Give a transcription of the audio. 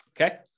okay